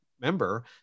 member